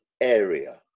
area